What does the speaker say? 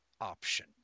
option